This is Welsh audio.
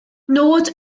nod